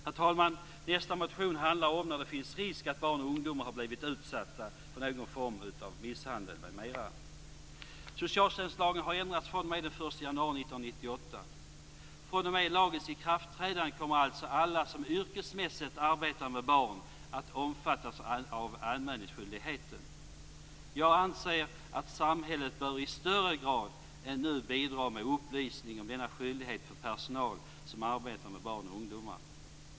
En annan motion handlar om när det finns risk att barn och ungdomar har blivit utsatta för någon form av misshandel m.m. 1998. fr.o.m. lagens ikraftträdande kommer alltså alla som yrkesmässigt arbetar med barn att omfattas av anmälningsskyldigheten. Jag anser att samhället i högre grad än nu bör bidra med upplysning om denna skyldighet för personal som arbetar med barn och ungdomar.